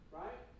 right